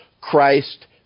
Christ